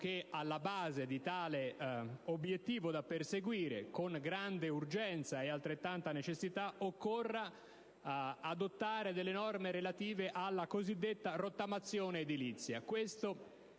che deve essere perseguito con grande urgenza e altrettanta necessità, occorra adottare delle norme relative alla cosiddetta rottamazione edilizia: